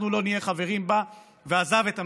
אנחנו לא נהיה חברים בה, ועזב את הממשלה.